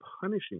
punishing